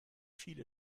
viele